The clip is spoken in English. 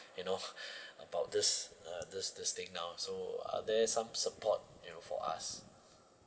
you know about this uh this this thing now so are there some support you know for us